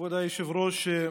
כבוד היושב-ראש,